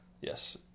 Yes